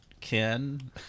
Ken